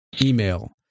email